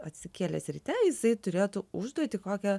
atsikėlęs ryte jisai turėtų užduotį kokią